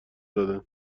دادند